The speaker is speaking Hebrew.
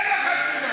אין לך תשובה.